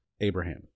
Abraham